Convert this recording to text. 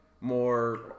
more